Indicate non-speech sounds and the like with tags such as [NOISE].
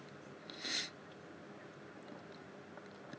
[BREATH]